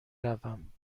روم